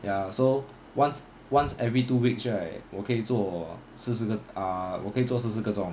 ya so once once every two weeks right 我可以做四十个 ah 我可以做四十个钟